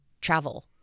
travel